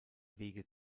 wege